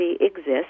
exists